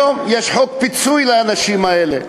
והיום יש חוק לפיצוי האנשים האלה.